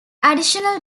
additional